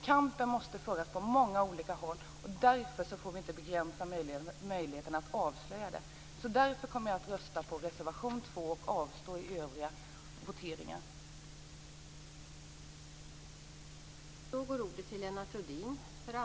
Kampen måste föras på många olika håll, och vi får inte begränsa möjligheterna att avslöja barnpornografin. Därför kommer jag att rösta för reservation 2. I övriga voteringar avstår jag från att rösta.